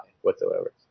whatsoever